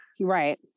Right